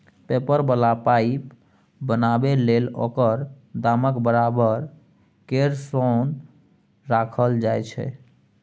paper बला पाइ बनाबै लेल ओकर दामक बराबर केर सोन राखल जाइ छै